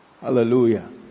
Hallelujah